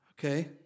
Okay